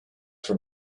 for